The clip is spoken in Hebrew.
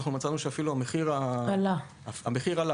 אלא שהמחיר אפילו עלה,